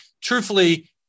truthfully